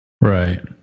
right